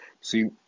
See